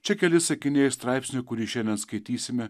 čia keli sakiniai straipsniui kurį šiandien skaitysime